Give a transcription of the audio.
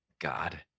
God